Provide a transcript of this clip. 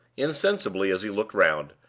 insensibly, as he looked round,